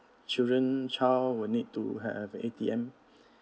children child will need to have A_T_M